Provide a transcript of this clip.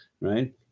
right